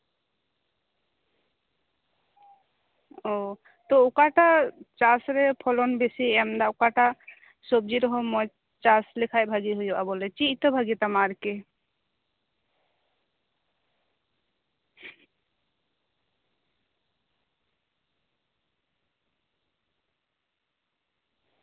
ᱛᱚ ᱚᱠᱟᱴᱟᱜ ᱪᱟᱥ ᱨᱮ ᱯᱷᱚᱞᱚᱱ ᱵᱤᱥᱤ ᱮᱢ ᱫᱟ ᱚᱠᱟᱴᱟᱜ ᱥᱚᱵᱡᱤᱨᱮᱦᱚᱸ ᱢᱚᱸᱡ ᱪᱟᱥ ᱞᱮᱠᱷᱟᱡ ᱵᱷᱟᱜᱤ ᱦᱩᱭᱩᱜᱼᱟ ᱵᱚᱞᱮ ᱪᱮᱫ ᱤᱛᱟᱹ ᱵᱷᱟᱜᱤ ᱛᱟᱢᱟ ᱟᱨᱠᱤ